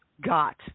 got